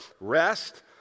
rest